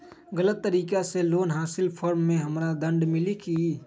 गलत तरीका से लोन हासिल कर्म मे हमरा दंड मिली कि?